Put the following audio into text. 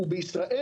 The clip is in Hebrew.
ובישראל,